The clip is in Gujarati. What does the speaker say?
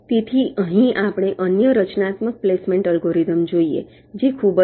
તેથી અહીં આપણે અન્ય રચનાત્મક પ્લેસમેન્ટ અલ્ગોરિધમ જોઈએ જે ખૂબ જ સરળ છે